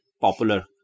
popular